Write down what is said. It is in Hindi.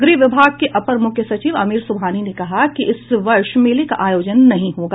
गृह विभाग के अपर मुख्य सचिव आमिर सुबहानी ने कहा है कि इस वर्ष मेले का आयोजन नहीं होगा